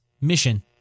mission